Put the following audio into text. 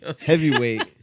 Heavyweight